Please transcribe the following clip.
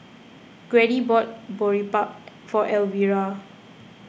Grady bought Boribap for Elvira